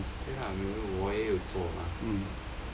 我也有做嘛